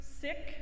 sick